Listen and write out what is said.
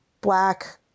black